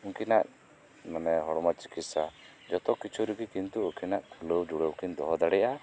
ᱩᱱᱠᱤᱱᱟᱜ ᱢᱟᱱᱮ ᱦᱚᱲᱢᱚ ᱪᱤᱠᱤᱛᱥᱟ ᱡᱚᱛᱚ ᱠᱤᱪᱷᱩ ᱨᱤᱜᱤ ᱠᱤᱱᱛᱩ ᱩᱱᱠᱤᱱᱟᱜ ᱠᱩᱞᱟᱹᱣ ᱡᱩᱲᱟᱹᱣ ᱠᱤᱱ ᱫᱚᱦᱚ ᱫᱟᱲᱤᱭᱟᱜᱼᱟ